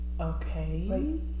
Okay